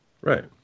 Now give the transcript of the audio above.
right